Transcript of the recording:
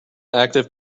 active